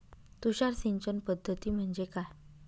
तुषार सिंचन पद्धती म्हणजे काय?